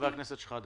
חבר הכנסת שחאדה,